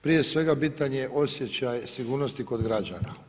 Prije svega bitan je osjećaj sigurnosti kod građana.